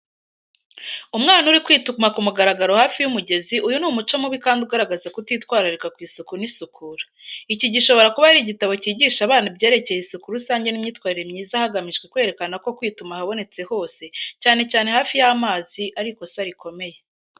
Umwana uri kwituma ku mugaragaro hafi y'umugezi uyu ni umuco mubi kandi ugaragaza kutitwararika ku isuku n’isukura. Iki gishobora kuba ari igitabo cyigisha abana ibyerekeye isuku rusange n’imyitwarire myiza hagamijwe kwerekana ko kwituma ahabonetse hose, cyane cyane hafi y’amazi, ari ikosa rikomeye.